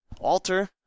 Alter